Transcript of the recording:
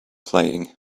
playing